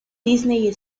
disney